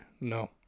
No